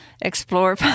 explore